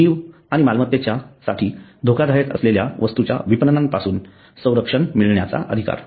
जीव आणि मालमत्तेसाठी धोकादायक असलेल्या वस्तूंच्या विपणनापासून संरक्षण मिळण्याचा अधिकार